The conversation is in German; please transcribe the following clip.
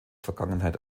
vergangenheit